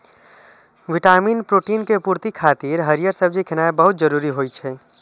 vitamin, protein के पूर्ति खातिर हरियर सब्जी खेनाय बहुत जरूरी होइ छै